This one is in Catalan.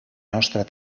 nostra